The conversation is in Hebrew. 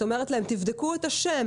את אומרת להם לבדוק את השם,